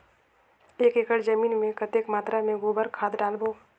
एक एकड़ जमीन मे कतेक मात्रा मे गोबर खाद डालबो?